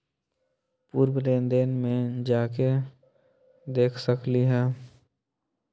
पूर्व लेन देन में जाके देखसकली ह?